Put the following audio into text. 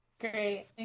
Great